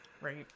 Right